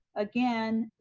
again,